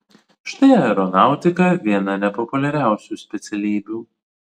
štai aeronautika viena nepopuliariausių specialybių